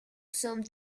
some